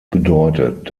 bedeutet